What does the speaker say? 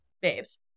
babes